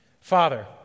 Father